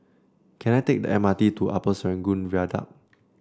can I take the M R T to Upper Serangoon Viaduct